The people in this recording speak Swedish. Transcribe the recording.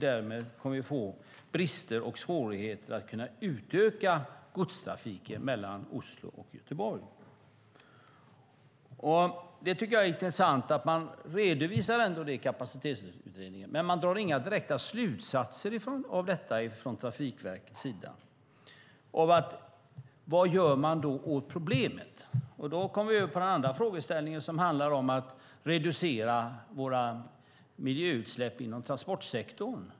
Därmed kommer vi att få brister och svårigheter att kunna utöka godstrafiken mellan Oslo och Göteborg. Det jag tycker är intressant är att man ändå redovisar det i Kapacitetsutredningen, men Trafikverket drar inga direkta slutsatser av detta. Vad gör man då åt problemet? Då kommer vi över på den andra frågeställningen, som handlar om att reducera våra miljöutsläpp inom transportsektorn.